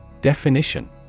Definition